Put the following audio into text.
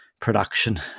Production